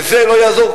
וזה לא יעזור,